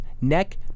neck